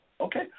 Okay